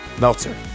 Meltzer